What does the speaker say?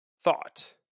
thought